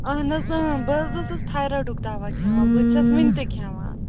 اَہَن حظ بہٕ حظ ٲسٕس تھایرایڈُک دَوا کھٮ۪وان بہٕ تہِ چھَس وُنہِ تہِ کھٮ۪وان